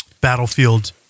Battlefield